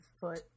foot